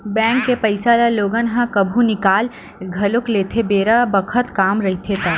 bank के पइसा ल लोगन ह कभु निकाल घलो लेथे बेरा बखत काम रहिथे ता